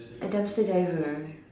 a dumpster diver